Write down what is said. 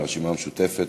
מהרשימה המשותפת.